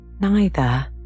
Neither